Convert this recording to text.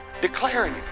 declaring